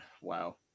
Wow